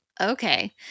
Okay